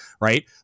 Right